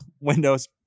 Windows